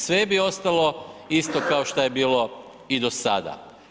Sve bi ostalo isto kao što je bilo i do sada.